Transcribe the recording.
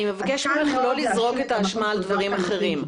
אני אבקש ממך לא לזרוק את האשמה על דברים אחרים.